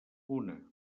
una